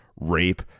rape